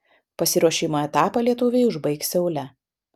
pasiruošimo etapą lietuviai užbaigs seule